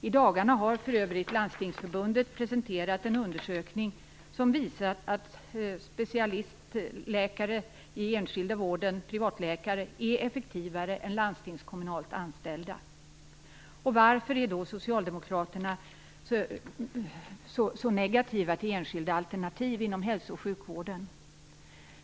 I dagarna har för övrigt Landstingsförbundet presenterat en undersökning som visar att specialistläkare i enskild vård, privatläkare, är effektivare än landstingskommunalt anställda. Varför är då Socialdemokraterna så negativa till enskilda alternativ inom hälso och sjukvården?